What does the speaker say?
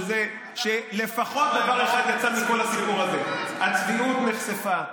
בזה שלפחות דבר אחד יצא מכל הסיפור הזה: הצביעות נחשפה.